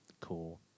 cool